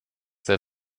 der